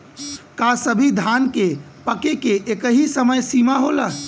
का सभी धान के पके के एकही समय सीमा होला?